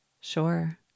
Sure